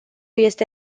este